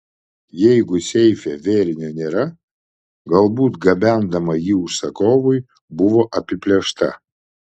jeigu seife vėrinio nėra galbūt gabendama jį užsakovui buvo apiplėšta